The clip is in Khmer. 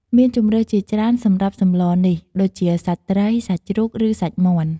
មានជម្រើសជាច្រើនសម្រាប់សម្លនេះដូចជាសាច់ត្រី សាច់ជ្រូក ឬសាច់មាន់។